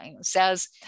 says